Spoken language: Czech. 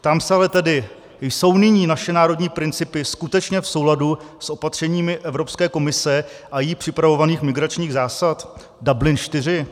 Ptám se ale tedy: jsou nyní naše národní principy skutečně v souladu s opatřeními Evropské komise a jí připravovaných migračních zásad Dublin IV?